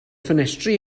ffenestri